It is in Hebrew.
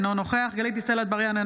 אינו נוכח גלית דיסטל אטבריאן,